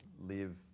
live